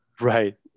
right